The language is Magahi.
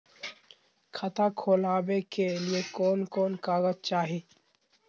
खाता खोलाबे के लिए कौन कौन कागज चाही?